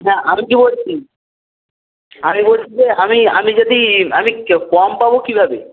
না আমি কি বলছি আমি বলছি যে আমি আমি যদি ই আমি কম পাবো কীভাবে